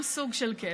זה גם סוג של כיף.